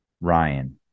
Ryan